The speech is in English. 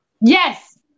Yes